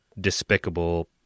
despicable